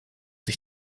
sich